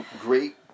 great